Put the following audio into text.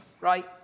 right